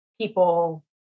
people